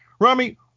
Rami